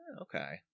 Okay